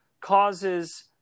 causes